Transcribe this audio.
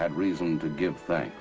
had reason to give thanks